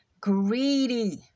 greedy